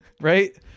right